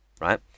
right